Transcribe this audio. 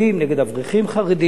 נגד אברכים חרדים.